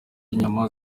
inyama